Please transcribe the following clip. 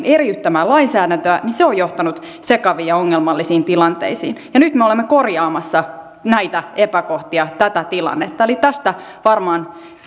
eriyttämään lainsäädäntöä niin se on johtanut sekaviin ja ongelmallisiin tilanteisiin nyt me olemme korjaamassa näitä epäkohtia tätä tilannetta tästä varmaan